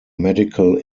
medical